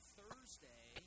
Thursday